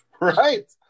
Right